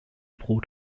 brot